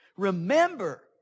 remember